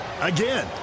again